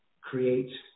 create